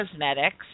Cosmetics